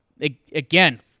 Again